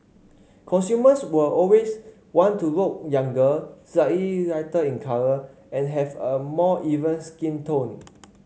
consumers will always want to look younger slightly lighter in colour and have a more even skin tone